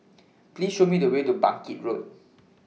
Please Show Me The Way to Bangkit Road